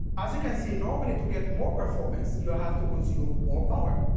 as you can see, normally to get more performance you have to consume more power.